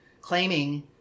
claiming